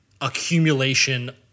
accumulation